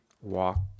walk